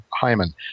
Hyman